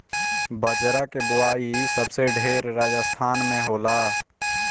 बजरा के बोआई सबसे ढेर राजस्थान में होला